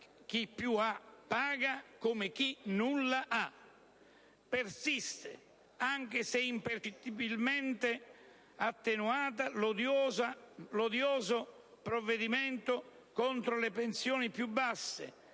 chi più ha paga come chi nulla ha. Persiste, anche se impercettibilmente attenuato, l'odioso provvedimento contro le pensioni più basse,